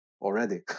already